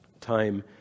time